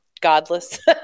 godless